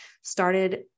started